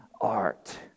art